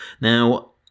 now